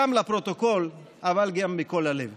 גם לפרוטוקול אבל גם מכל הלב.